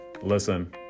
listen